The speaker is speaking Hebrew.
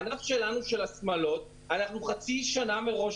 בענף השמלות שלנו, אנחנו עובדים חצי שנה מראש.